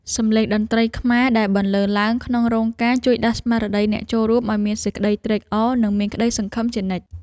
សម្លេងតន្ត្រីខ្មែរដែលបន្លឺឡើងក្នុងរោងការ ជួយដាស់អារម្មណ៍អ្នកចូលរួមឱ្យមានសេចក្តីត្រេកអរ និងមានក្តីសង្ឃឹមជានិច្ច។